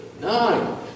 nine